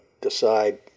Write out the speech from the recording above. decide